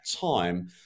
time